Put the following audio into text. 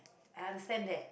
I understand that